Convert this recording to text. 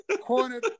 Corner